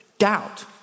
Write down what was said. doubt